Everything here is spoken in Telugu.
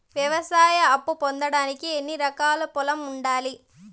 వ్యవసాయ అప్పు పొందడానికి ఎన్ని ఎకరాల పొలం ఉండాలి?